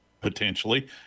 potentially